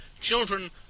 Children